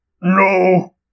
No